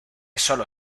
sólo